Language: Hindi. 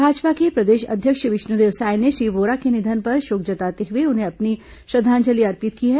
भाजपा के प्रदेश अध्यक्ष विष्णुदेव साय ने श्री वोरा के निधन पर शोक जताते हुए उन्हें अपनी श्रद्दांजलि अर्पित की है